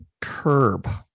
curb